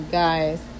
guys